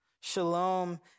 Shalom